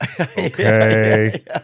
Okay